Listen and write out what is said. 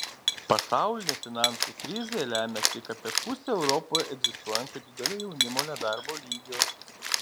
pasaulinė finansų krizė lemia tik apie pusę europoje egzistuojančio didelio jaunimo nedarbo lygio